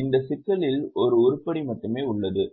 இந்த சிக்கலில் ஒரு உருப்படி மட்டுமே உள்ளது